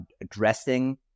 addressing